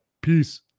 Peace